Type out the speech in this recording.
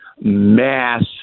mass